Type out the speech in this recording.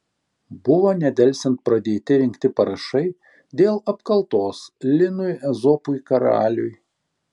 buvo nedelsiant pradėti rinkti parašai dėl apkaltos linui ezopui karaliui